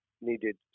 needed